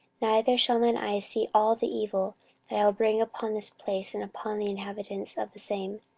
neither shall thine eyes see all the evil that i will bring upon this place, and upon the inhabitants of the same.